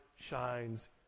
shines